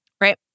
Right